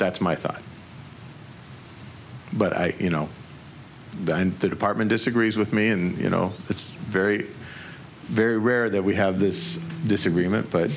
that's my thought but i you know the department disagrees with me in no it's very very rare that we have this disagreement but